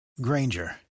Granger